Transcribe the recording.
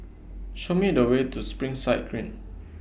Show Me The Way to Springside Green